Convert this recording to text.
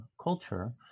culture